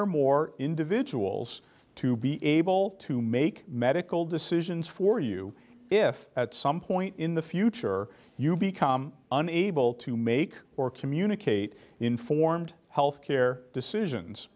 or more individuals to be able to make medical decisions for you if at some point in the future you become unable to make or communicate informed health care decisions